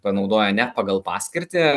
panaudoja ne pagal paskirtį